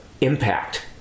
impact